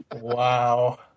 Wow